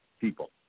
people